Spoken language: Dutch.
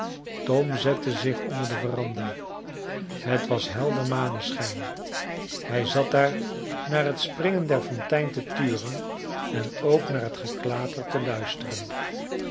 tom zette zich onder de veranda het was helder maneschijn hij zat daar naar het springen der fontein te turen en ook naar het geklater te luisteren